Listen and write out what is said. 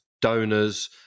donors